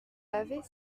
lavait